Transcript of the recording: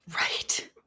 Right